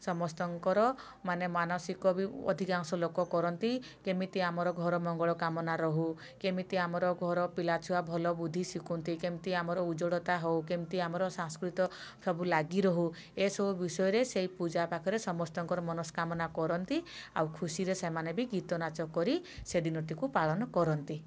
ସମସ୍ତଙ୍କର ମାନେ ମାନସିକ ବି ଅଧିକାଂଶ ଲୋକ କରନ୍ତି କେମିତି ଆମର ଘର ମଙ୍ଗଳ କାମନା ରହୁ କେମିତି ଆମର ଘର ପିଲାଛୁଆ ଭଲ ବୁଦ୍ଧି ଶିଖୁନ୍ତୁ କେମିତି ଆମର ଉଜ୍ଵଳତା ହେଉ କେମିତି ଆମର ସଂସ୍କୃତ ଲାଗିରହୁ ଏସବୁ ବିଷୟରେ ସେ ପୂଜା ପାଖରେ ସମସ୍ତଙ୍କର ମନସ୍କାମନା କରନ୍ତି ଆଉ ଖୁସିରେ ସେମାନେ ବି ଗୀତନାଚ କରି ସେଦିନଟିକୁ ପାଳନ କରନ୍ତି